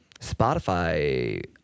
Spotify